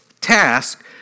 task